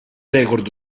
record